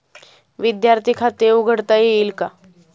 विद्यार्थी खाते उघडता येईल का?